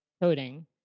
coding